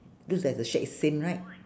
looks like the shack is same right